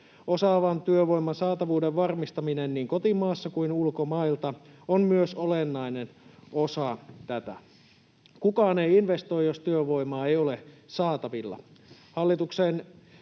Osaavan työvoiman saatavuuden varmistaminen niin kotimaassa kuin ulkomailta on myös olennainen osa tätä. Kukaan ei investoi, jos työvoimaa ei ole saatavilla.